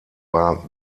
war